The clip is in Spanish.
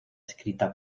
escrita